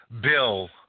bill